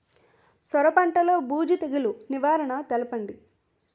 సొర పంటలో బూజు తెగులు నివారణ తెలపండి?